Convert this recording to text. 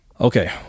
Okay